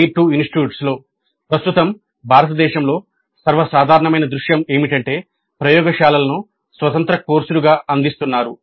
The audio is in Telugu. టైర్ 2 ఇన్స్టిట్యూట్స్ ప్రస్తుతం భారతదేశంలో సర్వసాధారణమైన దృశ్యం ఏమిటంటే ప్రయోగశాలలను స్వతంత్ర కోర్సులుగా అందిస్తున్నారు